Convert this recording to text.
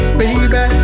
baby